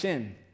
Sin